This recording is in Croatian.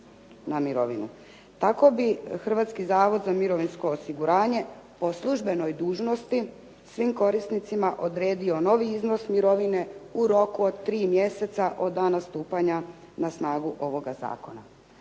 Tako bi Hrvatski zavod za mirovinsko osiguranje po službenoj dužnosti svim korisnicima odredio novi iznos mirovine u roku od tri mjeseca od dana stupanja na snagu ovoga zakona.